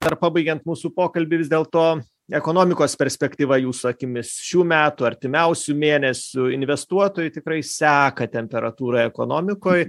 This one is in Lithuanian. dar pabaigiant mūsų pokalbį vis dėlto ekonomikos perspektyva jūsų akimis šių metų artimiausių mėnesių investuotojai tikrai seka temperatūrą ekonomikoj